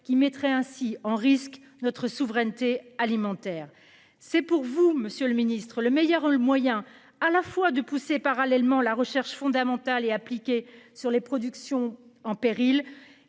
qui mettrait ainsi en risque notre souveraineté alimentaire, c'est pour vous Monsieur le Ministre, le meilleur le moyen à la fois de pousser parallèlement la recherche fondamentale et appliquée sur les productions en péril.